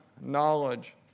knowledge